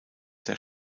der